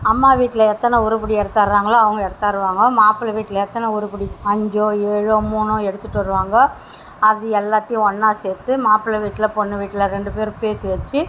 அம்மா வீட்டில் எத்தனை உருப்படி எடுத்தாரங்களோ அவங்க எடுத்தாருவாங்க மாப்பிள வீட்டில் எத்தன உருப்படி அஞ்சோ ஏழோ மூணோ எடுத்துகிட்டு வருவாங்க அது எல்லாத்தையும் ஒன்னாக சேர்த்து மாப்பிள வீட்டில் பொண்ணு வீட்டில் ரெண்டு பேரும் பேசி வச்சு